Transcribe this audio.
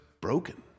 broken